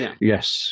yes